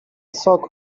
sok